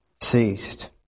ceased